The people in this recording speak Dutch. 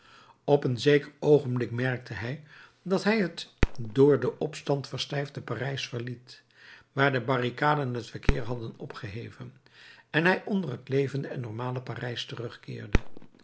op een zeker oogenblik merkte hij dat hij het door den opstand verstijfde parijs verliet waar de barricaden het verkeer hadden opgeheven en hij onder het levende en normale parijs terugkeerde